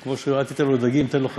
כמו שאומרים: אל תיתן לו דגים, תן לו חכות.